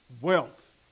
wealth